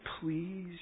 please